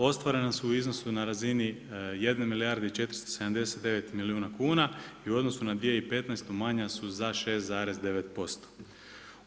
Ostvarena su u iznosu na razini 1 milijarde i 479 milijuna kuna i u odnosu na 2015. manja su za 6,9%